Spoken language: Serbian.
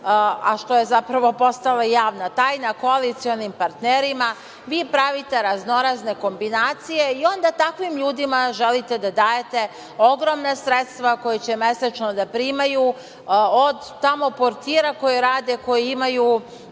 a što je zapravo postalo javna tajna, koalicionim partnerima, vi pravite raznorazne kombinacije. Onda takvim ljudima želite da dajete ogromna sredstva, koja će mesečno da primaju od tamo portira koji rade, koji imaju